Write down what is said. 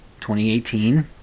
2018